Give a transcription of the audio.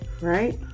right